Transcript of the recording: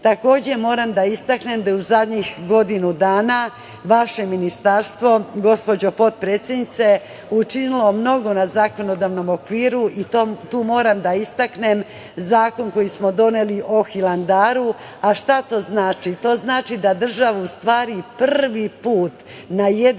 moram da istaknem da je u zadnjih godinu dana vaše ministarstvo, gospođo potpredsednice, učinili mnogo na zakonodavnom okviru i tu moram da istaknem zakon koji smo doneli o Hilandaru. Šta to znači? To znači da će država u stvar prvi put na jedan